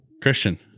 Christian